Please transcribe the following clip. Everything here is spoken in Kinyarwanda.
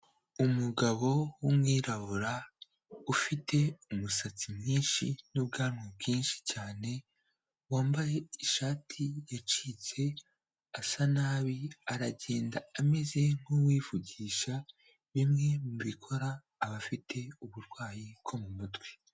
Umugabo w'umwirabura ufite umusatsi mwinshi n'ubwanwa bwinshi cyane, wambaye ishati yacitse asa nabi aragenda ameze nk'uwivugisha bimwe mu bikora abafite uburwayi bwo mu mutwe.